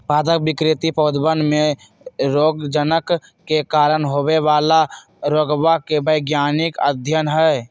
पादप विकृति पौधवन में रोगजनक के कारण होवे वाला रोगवा के वैज्ञानिक अध्ययन हई